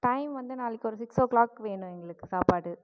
time வந்து நாளைக்கு ஒரு சிக்ஸ் ஓ க்ளாக் வேணுங்க எங்களுக்கு சாப்பாடு